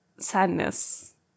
sadness